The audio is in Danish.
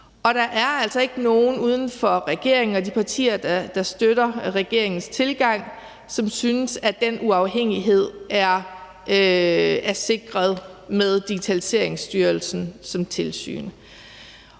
Der er altså ikke nogen uden for regeringen og de partier, der støtter regeringens tilgang, som synes, at den uafhængighed er sikret med Digitaliseringsstyrelsen som tilsyn.